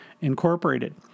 Incorporated